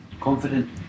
confident